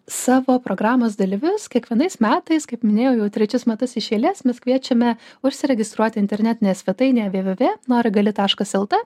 savo programos dalyvius kiekvienais metais kaip minėjau jau trečius metus iš eilės mes kviečiame užsiregistruoti internetinėje svetainėje vė vė vė nori gali taškas el t